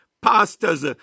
pastors